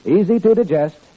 easy-to-digest